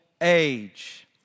age